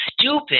stupid